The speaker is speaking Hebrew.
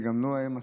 וגם לא היה מספיק,